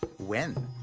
when?